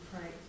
pray